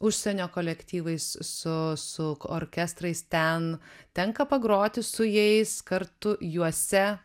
užsienio kolektyvais su su orkestrais ten tenka pagroti su jais kartu juose